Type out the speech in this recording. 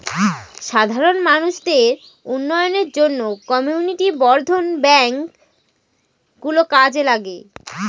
সাধারণ মানুষদের উন্নয়নের জন্য কমিউনিটি বর্ধন ব্যাঙ্ক গুলো কাজে লাগে